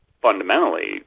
fundamentally